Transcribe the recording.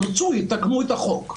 אם ירצו יתקנו את החוק.